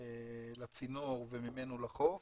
לצינור וממנו לחוף,